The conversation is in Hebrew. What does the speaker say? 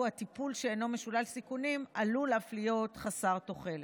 הטיפול שאינו משולל סיכונים עלול אף להיות חסר תוחלת.